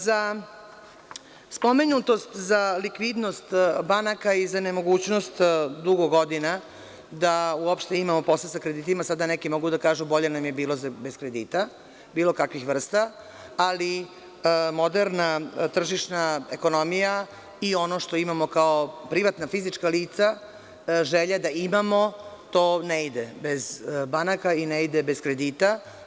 Za spomenutost, za likvidnost banaka, i za nemogućnost dugo godina, da uopšte imamo posla sa kreditima, sada neki mogu da kažu bolje nam je bilo bez kredita, bilo kakvih vrsta, ali moderna tržišna ekonomija i ono što imamo kao privatna fizička lica, želja da imamo, to ne ide bez banaka i ne ide bez kredita.